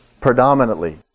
predominantly